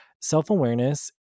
Self-awareness